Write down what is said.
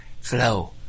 flow